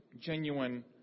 genuine